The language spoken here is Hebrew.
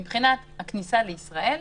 מבחינת הכניסה לישראל,